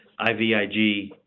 IVIG